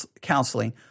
counseling